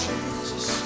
Jesus